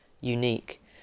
unique